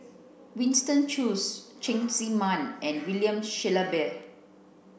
Winston Choos Cheng Tsang Man and William Shellabear